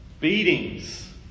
beatings